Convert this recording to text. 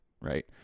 right